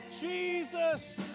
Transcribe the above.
Jesus